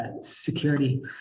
security